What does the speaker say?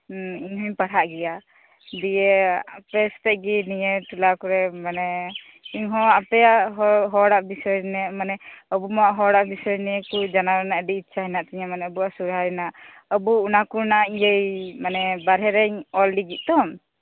ᱸᱦᱮᱸ ᱤᱧᱦᱚᱧ ᱯᱟᱲᱦᱟᱜ ᱜᱮᱭᱟ ᱫᱤᱭᱮ ᱟᱯᱮᱥᱟᱛᱮᱜ ᱜᱤ ᱱᱤᱭᱟᱹ ᱴᱚᱞᱟᱠᱚᱨᱮ ᱢᱟᱱᱮᱤᱧᱦᱚ ᱟᱯᱮᱭᱟ ᱦᱚᱲᱟᱜ ᱵᱤᱥᱚᱭ ᱱᱤᱭᱮ ᱢᱟᱱᱮ ᱟᱵᱩᱢᱟ ᱦᱚᱲᱟᱜ ᱵᱤᱥᱚᱭ ᱱᱤᱭᱮ ᱠᱩ ᱡᱟᱱᱟᱣ ᱨᱮᱱᱟᱜ ᱟᱹᱰᱤ ᱤᱪᱷᱟ ᱢᱮᱱᱟᱜ ᱛᱤᱧᱟᱹ ᱢᱟᱱᱮ ᱟᱵᱩᱣᱟᱜ ᱥᱚᱦᱚᱨᱟᱭ ᱨᱮᱱᱟᱜ ᱟᱵᱩ ᱚᱱᱟ ᱠᱩ ᱨᱮᱱᱟᱜ ᱢᱟᱱᱮ ᱵᱟᱨᱦᱮ ᱨᱮᱧ ᱚᱞ ᱞᱟᱹᱜᱤᱫ ᱛᱚ